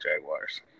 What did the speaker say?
Jaguars